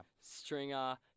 Stringer